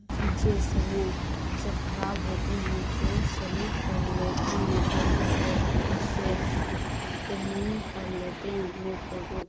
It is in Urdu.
کھینچے سمے جب خراب ہوتے ہیں تو شحیح کر لیتے ہیں فوٹو شاپ سے ترمیم کر لیتے ہیں اپنے فوٹو کو